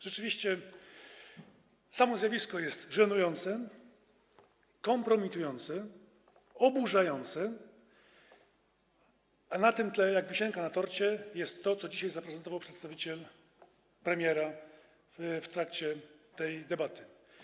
Rzeczywiście samo zjawisko jest żenujące, kompromitujące, oburzające, a na tym tle jak wisienka na torcie jest to, co dzisiaj zaprezentował przedstawiciel premiera w trakcie tej debaty.